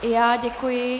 I já děkuji.